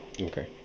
Okay